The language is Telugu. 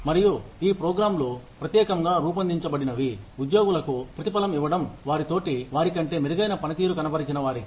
మరియు ఈ ప్రోగ్రాం లు ప్రత్యేకంగా రూపొందించబడినవి ఉద్యోగులకు ప్రతిఫలం ఇవ్వడం వారి తోటి వారి కంటే మెరుగైన పనితీరు కనబరిచిన వారికి